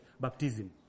baptism